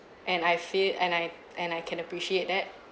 and I feel and I and I can appreciate that